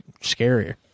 scarier